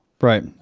Right